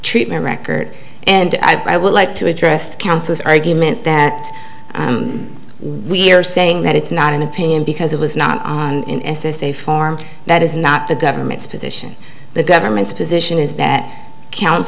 treatment record and i would like to address the counsel's argument that we are saying that it's not an opinion because it was not in s s a form that is not the government's position the government's position is that coun